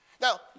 Now